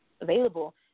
available